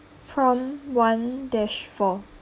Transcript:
prompt one dash four